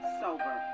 sober